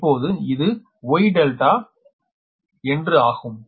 இப்போது இது Y ∆ என்று ஆகும்